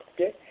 okay